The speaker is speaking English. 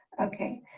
okay,